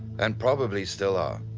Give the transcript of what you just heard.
and probably still are.